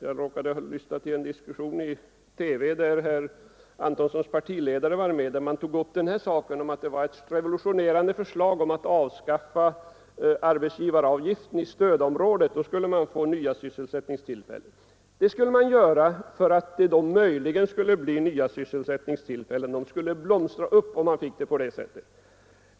Jag råkade lyssna till en diskussion i TV, där herr Antonssons partiledare var med och där det framhölls att förslaget att avskaffa arbetsgivaravgiften i stödområdet, varigenom det skulle skapas nya arbetstillfällen — företagen skulle blomstra upp på det sättet — var revolutionerande.